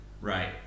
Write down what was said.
right